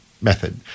method